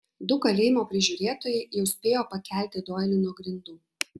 du kalėjimo prižiūrėtojai jau spėjo pakelti doilį nuo grindų